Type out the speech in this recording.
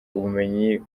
ubumenyi